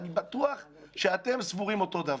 אני בטוח שאתם סבורים אותו דבר.